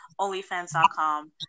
OnlyFans.com